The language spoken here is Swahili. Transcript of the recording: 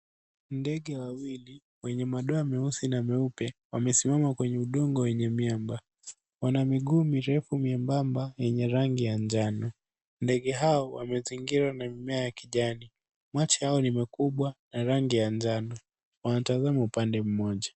Ndege wawili wenye madoa meusi na meupe wamesimama kwenye udongo wenye miamba. Wana miguu mirefu membembe yenye rangi ya njano. Ndege hao wamezingirwa na mimea ya kijani. Macho yao ni makubwa na rangi ya njano. Wanatazama upande mmoja.